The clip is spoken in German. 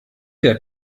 der